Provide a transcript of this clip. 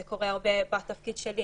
זה קורה הרבה בתפקיד שלי